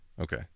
Okay